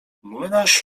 młynarz